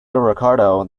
ricardo